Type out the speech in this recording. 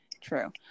True